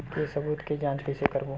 के सबूत के जांच कइसे करबो?